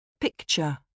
Picture